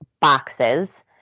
boxes